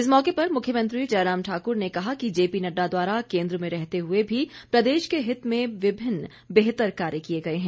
इस मौके पर मुख्यमंत्री जयराम ठाकर ने कहा कि जेपी नडडा द्वारा केंद्र में रहते हए भी प्रदेश के हित में विभिन्न बेहतर कार्य किए गए हैं